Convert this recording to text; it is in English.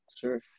Sure